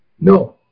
No